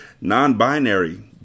non-binary